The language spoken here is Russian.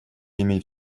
иметь